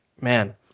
man